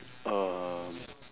um